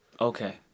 Okay